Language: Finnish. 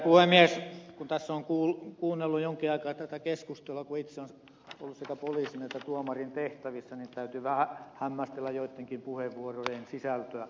kun tässä on kuunnellut jonkin aikaa tätä keskustelua kun itse olen ollut sekä poliisin että tuomarin tehtävissä niin täytyy vähän hämmästellä joittenkin puheenvuorojen sisältöä